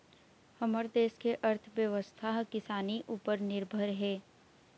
हमर देस के अर्थबेवस्था ह किसानी उपर निरभर हे